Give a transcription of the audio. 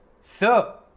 Sir